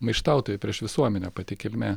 maištautojai prieš visuomenę pati kilmė